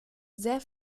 sehr